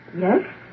Yes